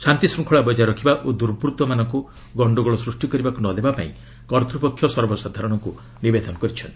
ଶାନ୍ତି ଶୃଙ୍ଖଳା ବଜାୟ ରଖିବା ଓ ଦୁର୍ବୃତ୍ତମାନଙ୍କୁ ଗଣ୍ଡଗୋଳ ସୃଷ୍ଟି କରିବାକୁ ନଦେବା ପାଇଁ କର୍ତ୍ତୃପକ୍ଷ ସର୍ବସାଧାରଣଙ୍କୁ ନିବେଦନ କରିଛନ୍ତି